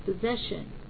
possession